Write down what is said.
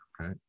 Okay